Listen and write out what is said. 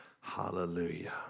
Hallelujah